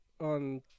on